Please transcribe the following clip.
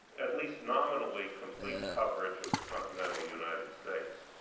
at least nominally, complete coverage of the continental united states.